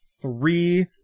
three